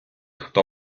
хто